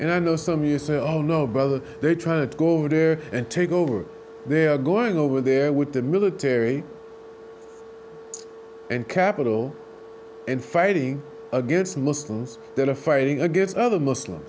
and i know some years or own no brother they try to go over there and take over they're going over there with the military and capital and fighting against muslims that are fighting against other muslims